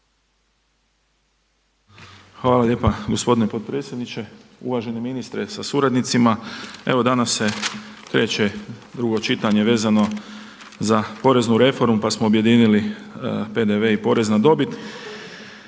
Hvala lijepa gospodine potpredsjedniče. Uvaženi ministre sa suradnicima. Evo danas se kreće drugo čitanje vezano za poreznu reformu pa smo objedinili PDV i porez na dobit.